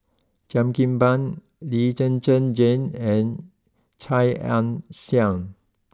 Cheo Kim Ban Lee Zhen Zhen Jane and Chia Ann Siang